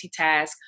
multitask